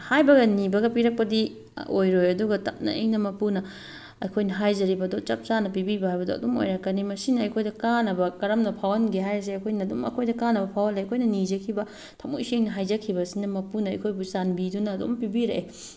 ꯍꯥꯏꯕꯒ ꯅꯤꯕꯒ ꯄꯤꯔꯛꯄꯗꯤ ꯑꯣꯏꯔꯣꯏ ꯑꯗꯨꯒ ꯇꯞꯅ ꯏꯪꯅ ꯃꯄꯨꯅ ꯑꯩꯈꯣꯏꯅ ꯍꯥꯏꯖꯔꯤꯕꯗꯣ ꯆꯞ ꯆꯥꯅ ꯄꯤꯕꯤꯕ ꯍꯥꯏꯕꯗꯣ ꯑꯗꯨꯝ ꯑꯣꯏꯔꯛꯀꯅꯤ ꯃꯁꯤꯅ ꯑꯩꯈꯣꯏꯗ ꯀꯥꯟꯅꯕ ꯀꯔꯝꯅ ꯐꯥꯎꯍꯟꯒꯦ ꯍꯥꯏꯁꯦ ꯑꯩꯈꯣꯏꯅ ꯑꯗꯨꯝ ꯑꯩꯈꯣꯏꯗ ꯀꯥꯟꯅꯕ ꯐꯥꯎꯍꯜꯂꯦ ꯑꯩꯈꯣꯏꯅ ꯅꯤꯖꯈꯤꯕ ꯊꯃꯣꯏ ꯁꯦꯡꯅ ꯍꯥꯏꯖꯈꯤꯕꯁꯤꯅ ꯃꯄꯨꯅ ꯑꯩꯈꯣꯏꯕꯨ ꯆꯥꯟꯕꯤꯗꯨꯅ ꯑꯗꯨꯝ ꯄꯤꯕꯤꯔꯛꯑꯦ